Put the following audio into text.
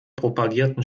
propagierten